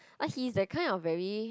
but he's that kind of very